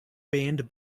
banned